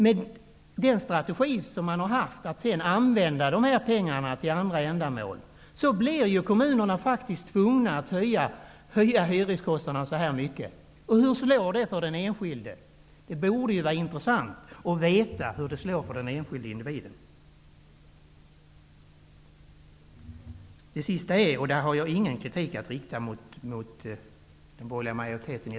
Men den strategi man haft, dvs. att dessa pengar skall användas för andra ändamål, blir kommunerna faktiskt tvungna att höja hyreskostnaderna med det belopp jag angivet. Det borde vara intressant att få veta hur detta slår för den enskilde individen. Riksdagen har fattat ett beslut om att vi inte skall ha differentierade vårdavgifter.